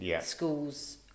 schools